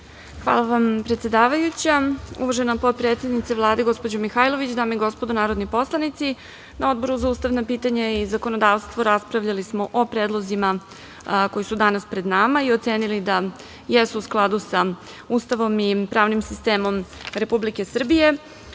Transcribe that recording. Zahvaljujem, predsedavajuća. Uvažena potpredsednice Vlade, gospođo Mihajlović, dame i gospodo narodni poslanici, na Odboru za ustavna pitanja i zakonodavstvo raspravljali smo o predlozima koji su danas pred nama i ocenili da jesu u skladu sa Ustavom i pravnim sistemom Republike Srbije. Novi